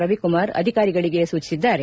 ರವಿಕುಮಾರ್ ಅಧಿಕಾರಿಗಳಿಗೆ ಸೂಚಿಸಿದ್ದಾರೆ